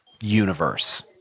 universe